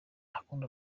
akunda